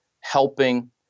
helping